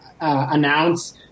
announce